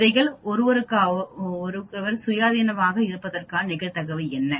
விதைகள் ஒருவருக்கொருவர் சுயாதீனமாக இருப்பதற்கான நிகழ்தகவு என்ன